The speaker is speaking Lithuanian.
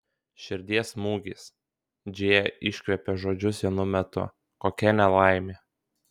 širdies smūgis džėja iškvėpė žodžius vienu metu kokia nelaimė